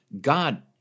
God